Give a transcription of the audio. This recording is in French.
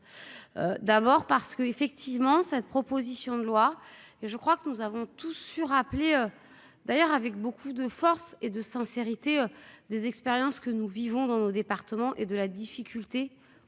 d'abord parce qu'effectivement cette proposition de loi et je crois que nous avons tous sur appelé d'ailleurs avec beaucoup de force et de sincérité des expériences que nous vivons dans nos départements et de la difficulté